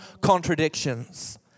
contradictions